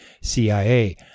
CIA